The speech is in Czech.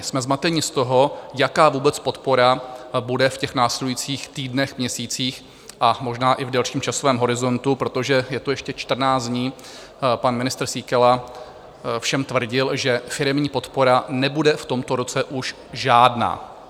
Jsme zmateni z toho, jaká vůbec podpora bude v následujících týdnech, měsících a možná i v delším časovém horizontu, protože je to ještě čtrnáct dní, pan ministr Síkela všem tvrdil, že firemní podpora nebude v tomto roce už žádná.